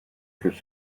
qu’elle